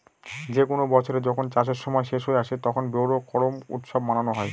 যে কোনো বছরে যখন চাষের সময় শেষ হয়ে আসে, তখন বোরো করুম উৎসব মানানো হয়